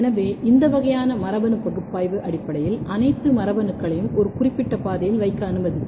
எனவே இந்த வகையான மரபணு பகுப்பாய்வு அடிப்படையில் அனைத்து மரபணுக்களையும் ஒரு குறிப்பிட்ட பாதையில் வைக்க அனுமதிக்கும்